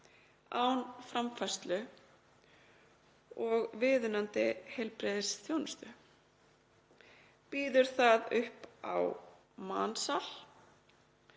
án framfærslu og viðunandi heilbrigðisþjónustu. Býður það upp á mansal,